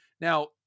Now